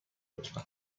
لطفا